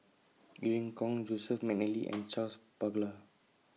Irene Khong Joseph Mcnally and Charles Paglar